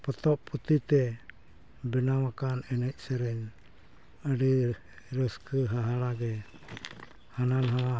ᱯᱚᱛᱚᱵ ᱯᱩᱛᱷᱤᱛᱮ ᱵᱮᱱᱟᱣ ᱟᱠᱟᱱ ᱮᱱᱮᱡᱼᱥᱮᱨᱮᱧ ᱟᱹᱰᱤ ᱨᱟᱹᱥᱠᱟᱹ ᱦᱟᱦᱟᱲᱟᱜ ᱜᱮ ᱦᱟᱱᱟᱼᱱᱷᱟᱣᱟ